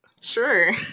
Sure